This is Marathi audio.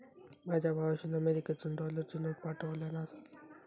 माझ्या भावाशीन अमेरिकेतसून डॉलरची नोट पाठवल्यान आसा